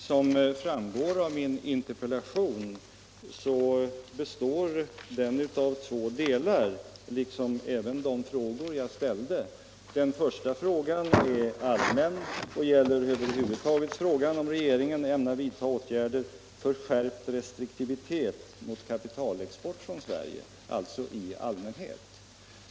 Herr talman! Min interpellation består av två delar, och det är två frågor jag där ställt. Den första frågan är allmän och gäller över huvud taget om regeringen ämnar vidta åtgärder för skärpt restriktivitet mot kapitalexport från Sverige — alltså i allmänhet.